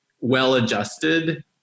well-adjusted